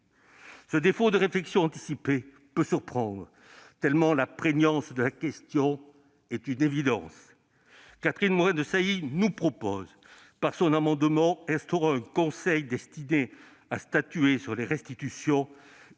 Ce défaut de réflexion anticipée peut surprendre, tant la prégnance de la question est une évidence. Catherine Morin-Desailly nous a proposé, en commission, un amendement tendant à instaurer un conseil destiné à statuer sur les restitutions,